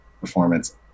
performance